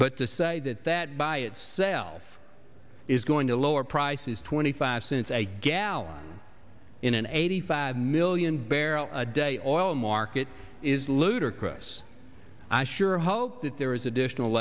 but to say that that by itself is going to lower prices twenty five cents a gallon in an eighty five million barrel a day all market is ludicrous i sure hope that there is additional